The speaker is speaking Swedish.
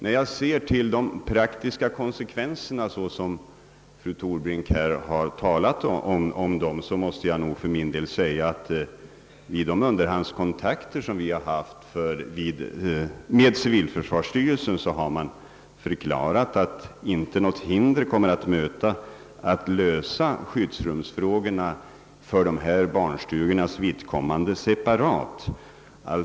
När jag ser till de praktiska konsekvenserna så som fru Torbrink nu har skildrat dem, måste jag nog för min del säga att civilförsvarsstyrelsen vid våra underhandskontakter förklarat att det inte kommer att möta något hinder att separat lösa barnstugornas skyddsrumsfrågor.